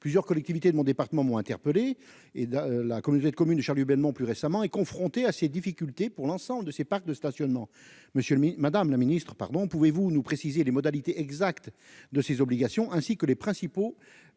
plusieurs collectivités de mon département, interpellés et de la communauté de communes Charles humainement plus récemment et confrontée à ces difficultés pour l'ensemble de ces parcs de stationnement, monsieur le Madame le Ministre, pardon, pouvez-vous nous préciser les modalités exactes de ces obligations ainsi que les principaux